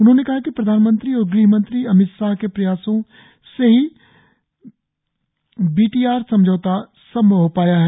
उन्होंने कहा कि प्रधानमंत्री और गृहमंत्री अमितशाह के प्रयासों से ही बी टी आर समझौता संभव हो पाया है